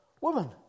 Woman